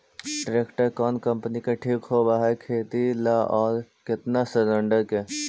Tractor कोन company के ठीक होब है खेती ल औ केतना सलेणडर के?